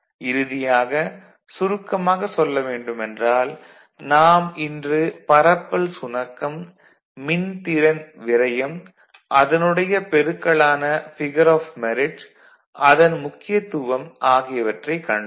இறுதியாக சுருக்கமாக சொல்ல வேண்டுமென்றால் நாம் இன்று பரப்பல் சுணக்கம் மின்திறன் விரயம் அதனுடைய பெருக்கலான பிகர் ஆஃப் மெரிட் அதன் முக்கியத்துவம் ஆகியவற்றைக் கண்டோம்